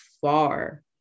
far